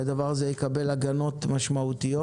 שהדבר הזה יקבל הגנות משמעותיות.